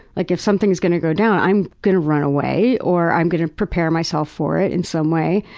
like if something's going to go down, i'm going to run away or i'm going to prepare myself for it in some way.